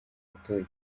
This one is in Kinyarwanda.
batowe